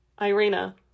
Irina